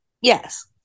yes